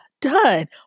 done